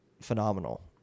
Phenomenal